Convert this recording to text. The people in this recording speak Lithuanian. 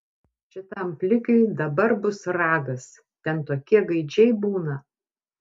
šitam plikiui dabar bus ragas ten tokie gaidžiai būna